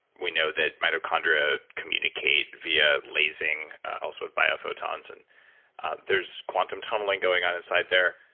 we know that mitochondria communicate via lasing, also biophotons, and there's quantum tunneling going on inside there.